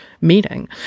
meeting